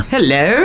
Hello